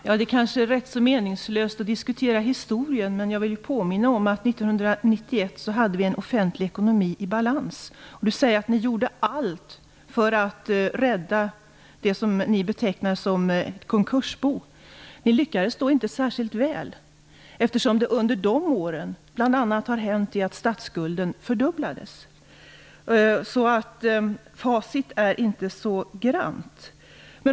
Herr talman! Det är kanske meningslöst att diskutera historien, men jag vill påminna om att vi Pålsson sade att man gjorde allt för att rädda det som man betecknade som ett konkursbo. Ni lyckades då inte särskilt väl, eftersom statsskulden under dessa år fördubblades. Facit är alltså inte så grant.